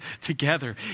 together